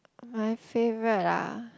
my favourite lah